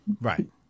Right